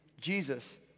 Jesus